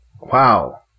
Wow